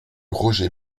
roger